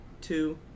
two